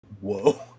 Whoa